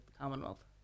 Commonwealth